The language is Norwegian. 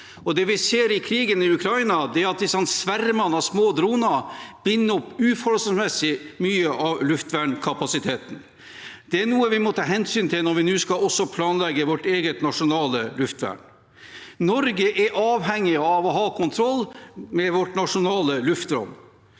Det vi ser i krigen i Ukraina, er at svermene av små droner binder opp uforholdsmessig mye av luftvernkapasiteten. Det er noe vi må ta hensyn til når vi nå skal planlegge vårt eget nasjonale luftvern. Norge er avhengig av å ha kontroll med sitt nasjonale luftrom.